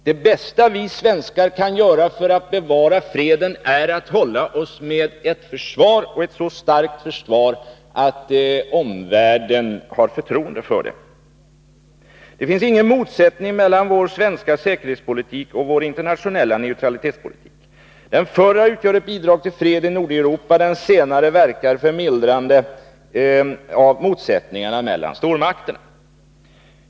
Det bästa vi svenskar kan göra för att bevara freden är att hålla oss med ett försvar som är så starkt att omvärlden har förtroende för det. Det finns ingen motsättning mellan vår säkerhetspolitik och vår internationella neutralitetspolitik. Den förra utgör ett bidrag till fred i Nordeuropa, och den senare verkar för mildrande av motsättningarna mellan stormakterna.